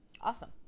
Awesome